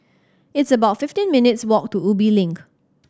it's about fifteen minutes' walk to Ubi Link